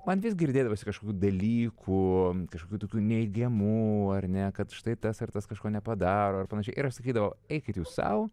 man vis girdėdavosi kažkokių dalykų kažkokių tokių neigiamų ar ne kad štai tas ar tas kažko nepadaro ar panašiai ir aš sakydavau eikit sau